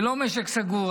זה לא משק סגור,